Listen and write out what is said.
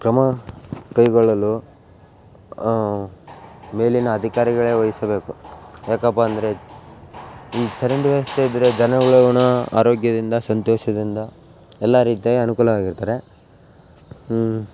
ಕ್ರಮ ಕೈಗೊಳ್ಳಲು ಮೇಲಿನ ಅಧಿಕಾರಿಗಳೇ ವಹಿಸಬೇಕು ಯಾಕಪ್ಪಾ ಅಂದರೆ ಈ ಚರಂಡಿ ವ್ಯವಸ್ಥೆ ಇದ್ರೆ ಜನಗಳು ಆರೋಗ್ಯದಿಂದ ಸಂತೋಷದಿಂದ ಎಲ್ಲ ರೀತಿಯಾಗಿ ಅನುಕೂಲವಾಗಿ ಇರ್ತಾರೆ